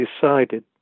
decided